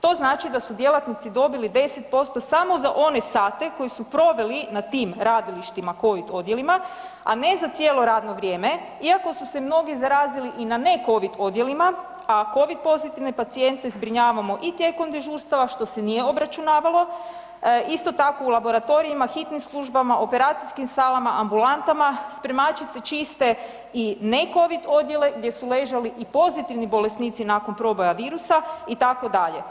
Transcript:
To znači da su djelatnici dobili 10% samo za one sate koji su proveli na tim radilištima COVID odjelima a ne za cijelo radno vrijeme iako su se mnogi zarazili i na ne COVID odjelima a COVID pozitivne pacijente zbrinjavamo i tijekom dežurstava što se nije obračunavalo, isto tako u laboratorijima, hitnim službama, operacijskim salama, ambulantama, spremačice čiste i ne COVID odjele gdje su ležali i pozitivni bolesnici nakon proboja virusa itd.